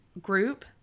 group